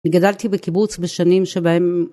גדלתי בקיבוץ בשנים שבהם